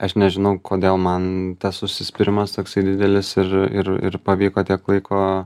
aš nežinau kodėl man tas užsispyrimas toksai didelis ir ir ir pavyko tiek laiko